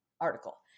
article